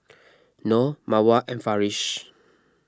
Noh Mawar and Farish